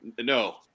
No